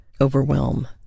overwhelm